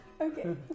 Okay